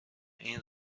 این